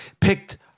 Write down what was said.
picked